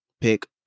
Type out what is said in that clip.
pick